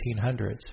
1800s